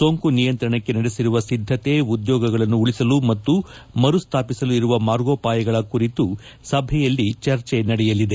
ಸೋಂಕು ನಿಯಂತಣಕ್ಕೆ ನಡೆಸಿರುವ ಸಿದ್ದತೆ ಉದ್ಯೋಗಗಳನ್ನು ಉಳಿಸಲು ಮತ್ತು ಮರುಸ್ವಾಪಿಸಲು ಇರುವ ಮಾರ್ಗೋಪಾಯಗಳ ಕುರಿತು ಸಭೆಯಲ್ಲಿ ಚರ್ಚೆ ನಡೆಯಲಿದೆ